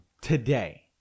today